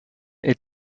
est